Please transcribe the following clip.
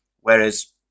Whereas